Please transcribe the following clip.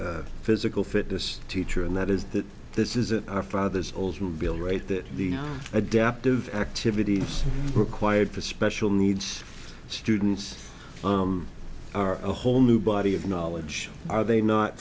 and physical fitness teacher and that is that this is at our father's oldsmobile right that the adaptive activities required for special needs students are a whole new body of knowledge are they not